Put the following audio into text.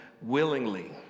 willingly